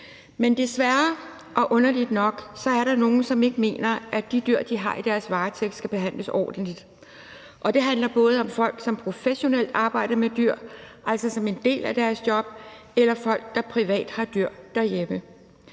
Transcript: Men desværre og underligt nok er der nogle, som ikke mener, at de dyr, de har i deres varetægt, skal behandles ordentligt. Det handler både om folk, som professionelt arbejder med dyr som en del af deres job, og folk, der privat har dyr derhjemme.